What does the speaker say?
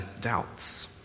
doubts